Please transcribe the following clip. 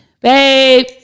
babe